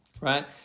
right